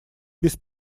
без